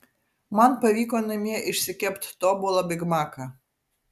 man pavyko namie išsikept tobulą bigmaką